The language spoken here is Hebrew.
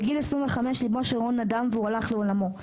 בגיל 25 ליבו של רון נדם והוא הלך לעולמו.